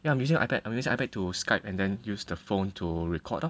yeah I'm using ipad I'm using ipad to Skype and then use the phone to record lor